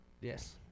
Yes